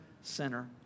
center